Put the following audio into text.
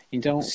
Então